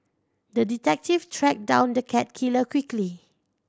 the detective tracked down the cat killer quickly